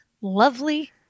lovely